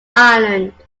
island